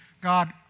God